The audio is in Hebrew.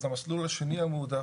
אז המסלול השני המועדף,